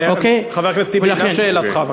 חבר הכנסת טיבי, מה שאלתך?